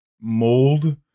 mold